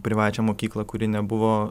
privačią mokyklą kuri nebuvo